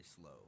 slow